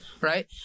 Right